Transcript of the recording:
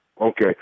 Okay